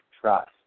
trust